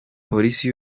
polisi